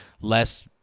less